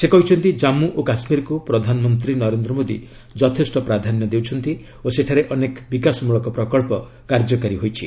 ସେ କହିଛନ୍ତି ଜାମ୍ପୁ ଓ କାଶ୍ମୀରକୁ ପ୍ରଧାନମନ୍ତ୍ରୀ ନରେନ୍ଦ୍ର ମୋଦୀ ଯଥେଷ୍ଟ ପ୍ରାଧାନ୍ୟ ଦେଉଛନ୍ତି ଓ ସେଠାରେ ଅନେକ ବିକାଶମୂଳକ ପ୍ରକଳ୍ପ କାର୍ଯ୍ୟକାରୀ ହୋଇଛି